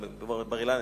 מדובר על בר-אילן,